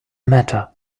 matter